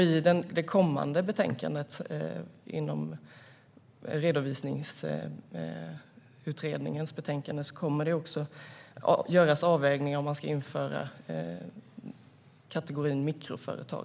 I det kommande betänkandet från Redovisningsutredningen ska det göras avvägningar i fråga om kategorin mikroföretag.